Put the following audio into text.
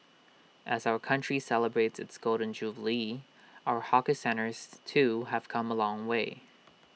as our country celebrates its Golden Jubilee our hawker centres too have come A long way